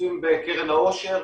כספים בקרן העושר,